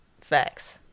Facts